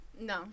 No